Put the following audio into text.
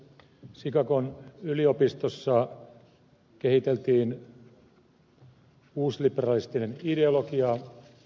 chicagon yliopistossa kehiteltiin uusliberalistinen ideologia